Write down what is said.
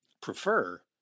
prefer